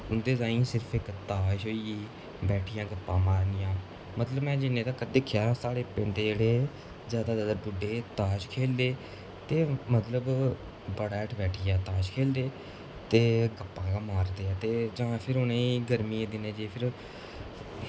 उं'दे ताईं सिर्फ इक ताश होई गेई बैठियै गप्पां मारनियां मतलब में जिन्ने तक दिक्खेआ साढ़े पिंड दे जेह्ड़े जादा जादा बुड्ढे ताश खेलदे ते मतलब बह्ड़ा हैट्ठ बैठियै ताश खेलदे ते गप्पां गै मारदे ऐ ते जां फिर उनेंगी गर्मियें दिनें फिर